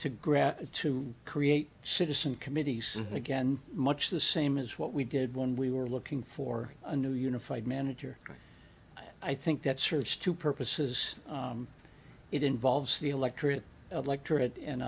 grab to create citizen committees again much the same as what we did when we were looking for a new unified manager i think that serves two purposes it involves the electorate electorate and